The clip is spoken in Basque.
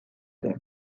ere